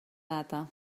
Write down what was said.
data